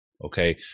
okay